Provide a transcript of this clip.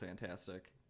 fantastic